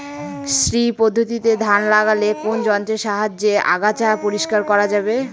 শ্রী পদ্ধতিতে ধান লাগালে কোন যন্ত্রের সাহায্যে আগাছা পরিষ্কার করা যাবে?